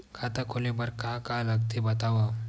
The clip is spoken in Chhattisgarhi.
खाता खोले बार का का लगथे बतावव?